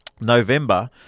November